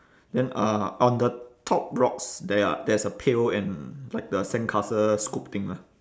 then uh on the top rocks there are there's a pail and like the sandcastle scoop thing lah